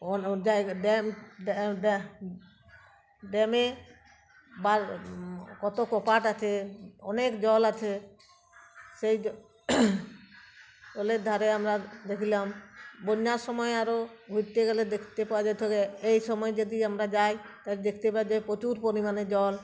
ড্যামে বা কত কপাট আছে অনেক জল আছে সেই জ জলের ধারে আমরা দেখলাম বন্যার সময় আরও ঘুরতে গেলে দেখতে পাওয়া যায়কে এই সময় যদি আমরা যাই ত দেখতে পাওয়া যায় পোচুর পরিমাণে জল